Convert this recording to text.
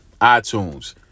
iTunes